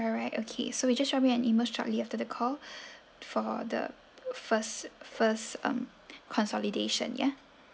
alright okay so you just drop me an email shortly after the call for the first first um consolidation ya